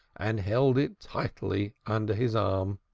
and held it tightly under his arm.